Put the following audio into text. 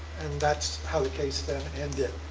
and that's how the case then ended.